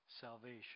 salvation